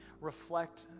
reflect